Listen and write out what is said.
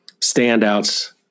standouts